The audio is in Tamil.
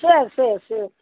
சரி சரி சரி